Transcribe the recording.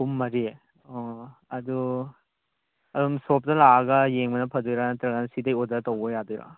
ꯑꯍꯨꯝ ꯃꯔꯤ ꯑꯣ ꯑꯗꯨ ꯑꯗꯨꯝ ꯁꯣꯞꯇ ꯂꯥꯛꯑꯒ ꯌꯦꯡꯕꯅ ꯐꯗꯣꯏꯔꯥ ꯅꯠꯇ꯭ꯔꯒꯅ ꯁꯤꯗꯩ ꯑꯣꯔꯗꯔ ꯇꯧꯕ ꯌꯥꯗꯣꯏꯔꯣ